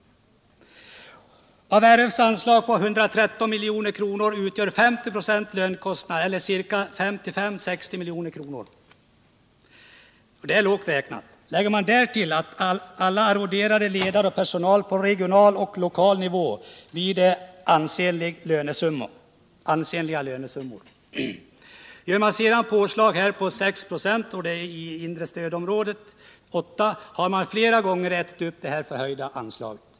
Av RF:s anslag på 113 milj.kr. utgör 50 96 lönekostnader, dvs. ca 55-60 milj.kr. Det är lågt räknat. Lägger man därtill lönerna till alla arvoderade ledare och till personal på lokal och regional nivå, blir det ansenliga lönesummor. Gör man sedan påslag med 6 96 , i det inre stödområdet 8 96, har man flera gånger om ätit upp det här förhöjda anslaget.